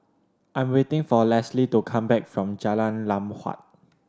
I am waiting for Leslee to come back from Jalan Lam Huat